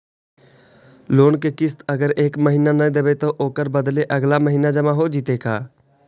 Loan के किस्त अगर एका महिना न देबै त ओकर बदले अगला महिना जमा हो जितै का?